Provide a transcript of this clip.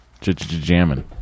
jamming